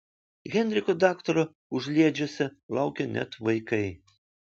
henriko daktaro užliedžiuose laukia net vaikai